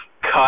cut